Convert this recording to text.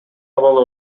абалы